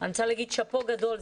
אני רוצה להגיד שאפו גדול.